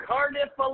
Cardiff